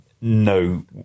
no